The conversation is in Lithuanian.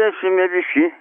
sėsime visi